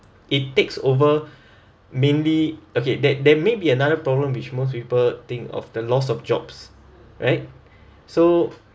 it takes over mainly okay that there may be another problem which most people think of the loss of jobs right so